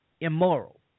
immoral